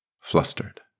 flustered